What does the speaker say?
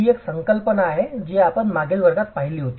ही एक संकल्पना आहे जी आपण मागील वर्गात पाहिली होती